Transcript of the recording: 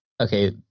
okay